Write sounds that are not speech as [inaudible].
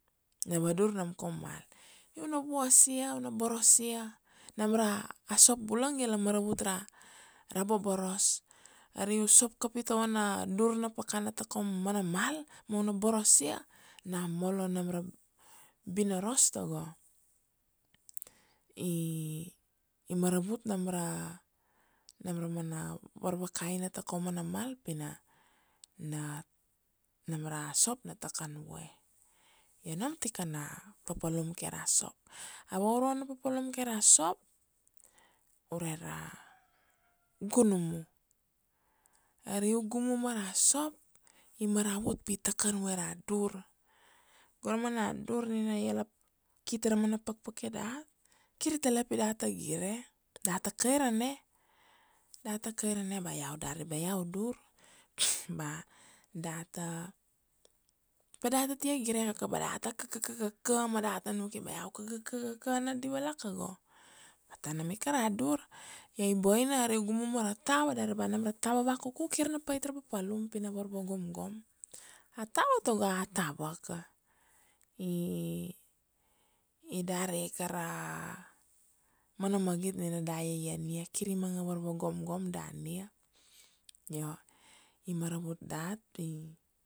na vadur nam kaum mal, io u na vuasia, u na borosia nam ram sop bulang ia la maravut ra, ra boboros, ari u sop kapi tava na dur na pakana ta kaum mana mal ma u na borosia na molo nam ra binoros tago [hesitation] i maravut nam ra, nam ra mana varvakaina ta kaum mana mal pi na, na, nam ra sop na takan vue. Io nam tikana papalum kai ra sop. A vauruana na papalum kai ra sop ure ra gunumu. Ari u gumu ma ra sop i maravut pi takan vue ra dur, go ra mana dur nina ia la ki tara mana pakpake dat, kir i tale pi data gire, data kairane, data kairane ba iau dari ba iau dur, [noise] ba data, pa data tia gire ia kaka ba data kakaka, ma data nukia ba iau kakaka na diva laka go, ta nam ika ra dur. Io i boina ari u gumu ma ra tava dari ba nam ra tava vakuku kir na pait ra papalum pi na varva gomgom. A tava tago a tava ka [hesitation] i dari ika ra mana magit nina da iaiania, kir i manga varva gomgom da nia, io i maravut dat pi